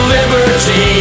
Liberty